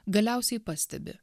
galiausiai pastebi